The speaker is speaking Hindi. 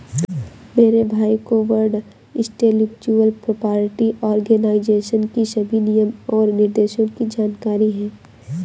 मेरे भाई को वर्ल्ड इंटेलेक्चुअल प्रॉपर्टी आर्गेनाईजेशन की सभी नियम और निर्देशों की जानकारी है